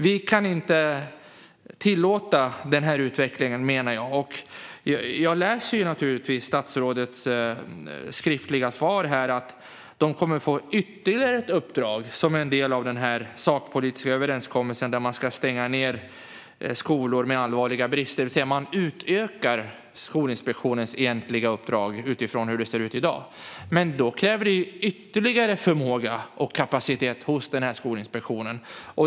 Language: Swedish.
Vi kan inte tillåta den utvecklingen. Jag hör statsrådets svar om att de, som en del av den sakpolitiska överenskommelsen, kommer att få ytterligare ett uppdrag. De ska stänga skolor med allvarliga brister. Man utökar alltså Skolinspektionens egentliga uppdrag utifrån hur det ser ut i dag. Men det kräver ytterligare förmåga och kapacitet hos Skolinspektionen.